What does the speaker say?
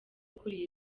ukuriye